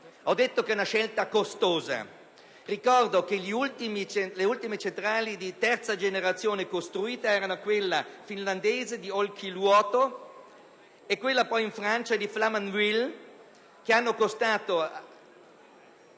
Ho detto anche che è una scelta costosa. Ricordo che le ultime centrali di terza generazione costruite sono quella finlandese di Olkiluoto e quella francese di Flamanville, che invece